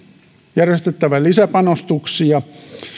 järjestettävä lisäpanostuksia